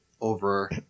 over